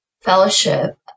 fellowship